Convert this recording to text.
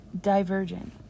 divergent